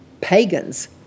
pagans